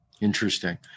Interesting